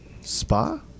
spa